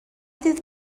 dydd